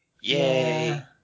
Yay